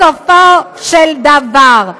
בסופו של דבר,